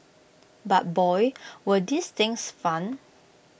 but boy were these things fun